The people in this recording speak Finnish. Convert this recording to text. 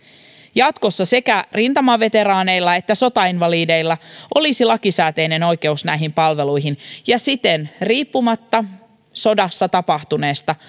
jatkossa sekä rintamaveteraaneilla että sotainvalideilla olisi lakisääteinen oikeus näihin palveluihin ja siten riippumatta sodassa tapahtuneesta